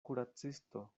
kuracisto